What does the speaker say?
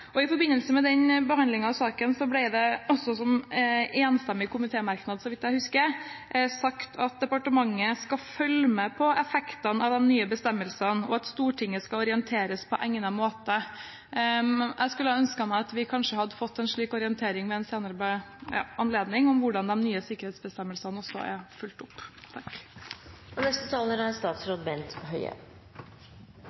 I forbindelse med den behandlingen av saken ble det – også i en enstemmig komitémerknad, så vidt jeg husker – sagt at departementet skal følge med på effekten av de nye bestemmelsene, og at Stortinget skal orienteres på egnet måte. Jeg skulle ønske at vi kanskje hadde fått en slik orientering ved en senere anledning, om hvordan de nye sikkerhetsbestemmelsene også er fulgt opp. Nå er det nok en tilfeldighet at justisministeren også er